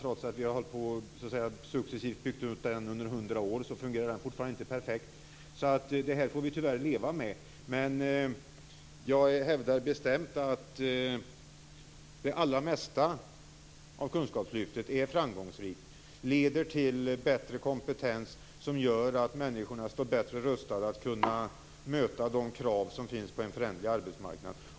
Trots att vi successivt har byggt ut den under hundra år fungerar den fortfarande inte perfekt. Detta får vi tyvärr leva med. Jag hävdar bestämt att den största delen av kunskapslyftet är framgångsrik och leder till bättre kompetens, som gör att människorna står bättre rustade att möta de krav som finns på en föränderlig arbetsmarknad.